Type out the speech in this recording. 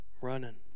Running